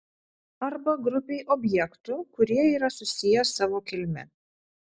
arba grupei objektų kurie yra susiję savo kilme